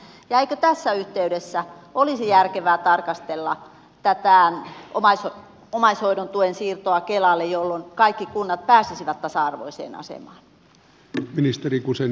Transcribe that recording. ja eikö tässä yhteydessä olisi järkevää tarkastella tätä omaishoidon tuen siirtoa kelalle jolloin kaikki kunnat pääsisivät tasa arvoiseen asemaan